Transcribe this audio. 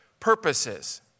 purposes